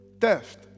theft